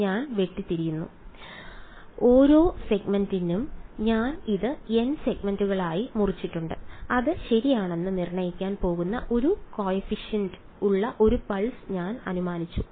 ഞാൻ വെട്ടിയിരിക്കുന്നു ഓരോ സെഗ്മെന്റിനും ഞാൻ ഇത് n സെഗ്മെന്റുകളായി മുറിച്ചിട്ടുണ്ട് അത് ശരിയാണെന്ന് നിർണ്ണയിക്കാൻ പോകുന്ന ഒരു കോഫിഫിഷ്യന്റ് ഉള്ള 1 പൾസ് ഞാൻ അനുമാനിച്ചു